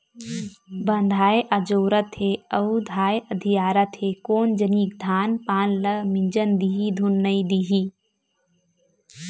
बंधाए अजोरत हे अउ धाय अधियारत हे कोन जनिक धान पान ल मिजन दिही धुन नइ देही